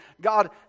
God